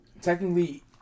technically